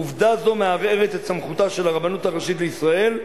עובדה זו מערערת את סמכותה של הרבנות הראשית לישראל,